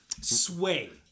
sway